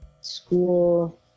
school